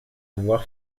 avoir